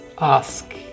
Ask